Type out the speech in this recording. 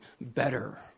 better